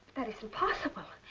that's impossible.